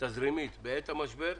תזרימית בעת המשבר,